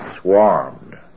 swarmed